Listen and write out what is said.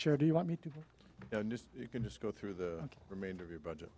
sure do you want me to you can just go through the remainder of your budget